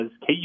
KU